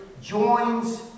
joins